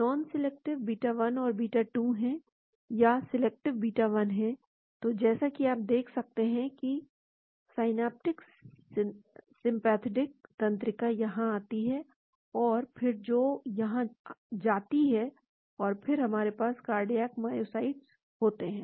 non selective beta 1 और beta 2 हैं या सिलेक्टिव बीटा 1 है तो जैसा कि आप देख सकते हैं कि सिनैप्टिक सिम्पथेटिक तंत्रिका यहाँ आती है और फिर जो यहाँ जाती है और फिर हमारे पास कार्डियक मायोसाइट्स होते हैं